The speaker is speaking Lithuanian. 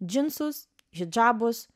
džinsus hidžabus